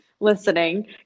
Listening